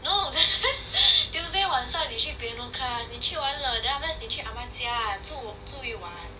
no tuesday 晚上你去 piano class 你去完了 then afterwards 你去 ah ma 家住住一晚